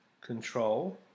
control